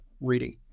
reading